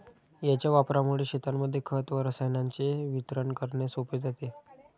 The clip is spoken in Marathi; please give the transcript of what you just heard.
याच्या वापरामुळे शेतांमध्ये खत व रसायनांचे वितरण करणे सोपे जाते